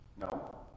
No